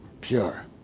Pure